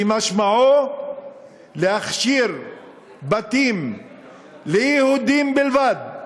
שמשמעו להכשיר בתים ליהודים בלבד,